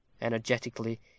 energetically